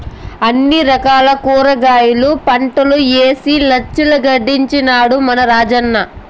అన్ని రకాల కూరగాయల పంటలూ ఏసి లచ్చలు గడించినాడ మన రాజన్న